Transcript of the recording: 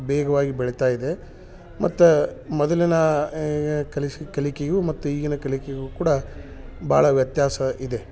ಬೇಗ್ವಾಗಿ ಬೆಳಿತಾಯಿದೆ ಮತ್ತು ಮೊದಲಿನಾ ಎ ಎ ಕಲಿಶೆ ಕಲಿಕೆಯು ಮತ್ತು ಈಗಿನ ಕಲಿಕೆಗು ಕೂಡ ಭಾಳ ವ್ಯತ್ಯಾಸ ಇದೆ